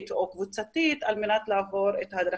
או קבוצתית על מנת לעבור את ההדרכה.